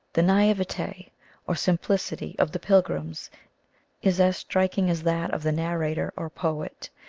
the naivete or simplicity of the pilgrims is as striking as that of the narrator or poet,